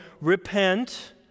repent